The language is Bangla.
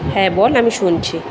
হ্যাঁ বল আমি শুনছি